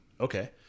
okay